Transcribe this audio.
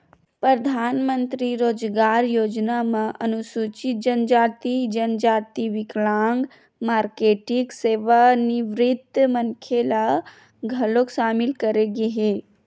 परधानमंतरी रोजगार योजना म अनुसूचित जनजाति, जनजाति, बिकलांग, मारकेटिंग, सेवानिवृत्त मनखे ल घलोक सामिल करे गे हे